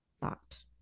thought